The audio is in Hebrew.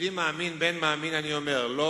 כיהודי מאמין בן מאמין אני אומר: לא